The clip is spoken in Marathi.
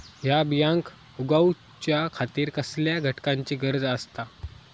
हया बियांक उगौच्या खातिर कसल्या घटकांची गरज आसता?